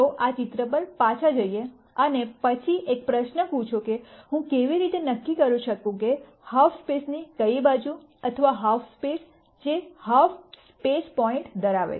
ચાલો આ ચિત્ર પર પાછા જઈએ અને પછી એક પ્રશ્ન પૂછો કે હું કેવી રીતે નક્કી કરી શકું કે હાલ્ફ સ્પેસ ની કઈ બાજુ અથવા હાલ્ફ સ્પેસ જે હાલ્ફ સ્પેસ પોઇન્ટ ધરાવે છે